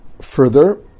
Further